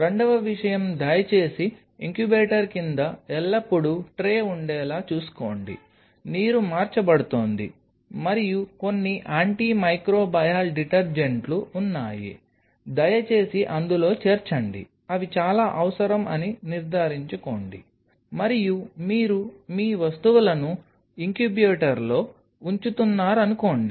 రెండవ విషయం దయచేసి ఇంక్యుబేటర్ కింద ఎల్లప్పుడూ ట్రే ఉండేలా చూసుకోండి నీరు మార్చబడుతోంది మరియు కొన్ని యాంటీమైక్రోబయాల్ డిటర్జెంట్లు ఉన్నాయి దయచేసి అందులో చేర్చండి అవి చాలా అవసరం అని నిర్ధారించుకోండి మరియు మీరు మీ వస్తువులను ఇంక్యుబేటర్లో ఉంచుతున్నారనుకోండి